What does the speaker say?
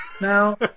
Now